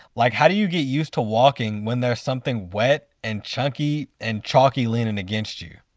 like how do you get used to walking when there is something wet and chunky and chalky leaning against you?